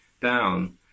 down